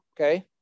okay